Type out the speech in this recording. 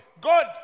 God